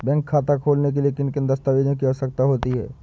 Bank खाता खोलने के लिए किन दस्तावेजों की आवश्यकता होती है?